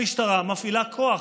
המשטרה מפעילה כוח.